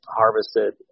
harvested